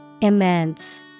Immense